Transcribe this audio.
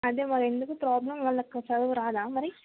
అదే మరి ఎందుకు ప్రాబ్లం వాళ్ళకు చదువు రాదా మరి